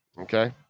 Okay